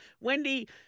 Wendy